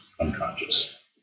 unconscious